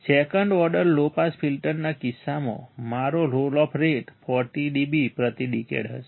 second order low pass ફિલ્ટરના કિસ્સામાં મારો રોલ ઓફ રેટ 40 dB પ્રતિ ડિકેડ હશે